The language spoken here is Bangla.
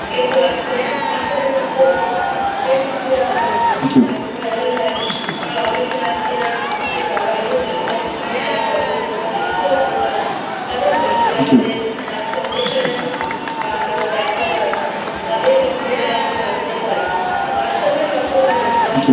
কিন্তু আজকাল স্মার্টফোনের মাধ্যমে ফেসবুকে আমরা এক অন্য এক আমার অনেক দিন আগে চেনা যে বান্ধবী যার সঙ্গে আমি আগে কলেজে পড়তাম স্কুলে পড়তাম তাদের সঙ্গে আমাদের তার সেখানে দেখা হয় তাদের সম্পর্কে আমি জানতে পারি হোয়াটসঅ্যাপের মাধ্যমে আমরা